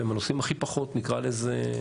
והם הנושאים הכי פחות, נקרא לזה,